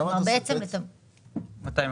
כלומר התוכנית